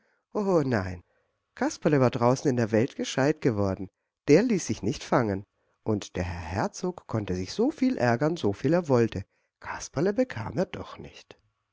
o nein kasperle war draußen in der welt gescheit geworden der ließ sich nicht fangen und der herr herzog konnte sich so viel ärgern soviel er wollte kasperle bekam er doch nicht